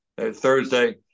Thursday